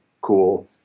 cool